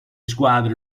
squadre